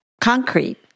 concrete